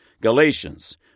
Galatians